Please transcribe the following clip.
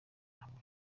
ntabwo